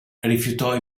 rifiutò